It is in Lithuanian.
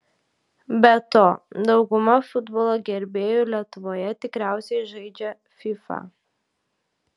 be to dauguma futbolo gerbėjų lietuvoje tikriausiai žaidžia fifa